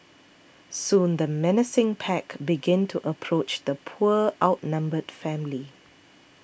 soon the menacing pack began to approach the poor outnumbered family